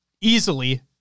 easily